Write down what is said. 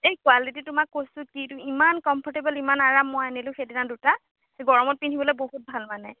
এই কোৱালিটি তোমাক কৈছোঁ কি তুমি ইমান কমফৰ্টেবল ইমান আৰাম মই আনিলোঁ সেইদিনা দুটা গৰমত পিন্ধিবলে বহুত ভাল মানে